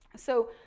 so,